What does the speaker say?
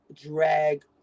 drag